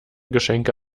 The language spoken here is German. geschenke